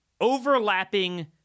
overlapping